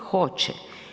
Hoće.